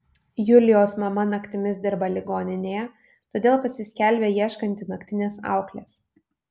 julijos mama naktimis dirba ligoninėje todėl pasiskelbia ieškanti naktinės auklės